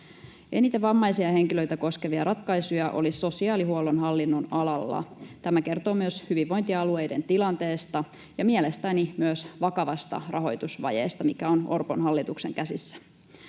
Eniten vammaisia henkilöitä koskevia ratkaisuja oli sosiaalihuollon hallinnonalalla. Tämä kertoo myös hyvinvointialueiden tilanteesta ja mielestäni myös vakavasta rahoitusvajeesta, mikä on Orpon hallituksen käsissä.